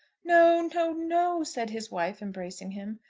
no, no, no, said his wife, embracing him.